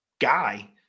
guy